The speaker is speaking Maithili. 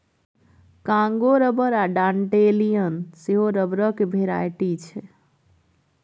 कांगो रबर आ डांडेलियन सेहो रबरक भेराइटी छै